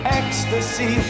ecstasy